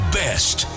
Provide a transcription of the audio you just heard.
best